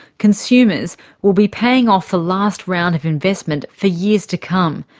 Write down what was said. consumers will be paying off the last round of investment for years to come,